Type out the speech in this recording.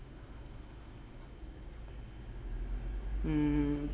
um